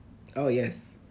oh yes